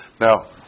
Now